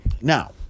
Now